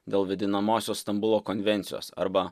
dėl vadinamosios stambulo konvencijos arba